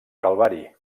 calvari